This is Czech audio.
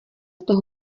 toho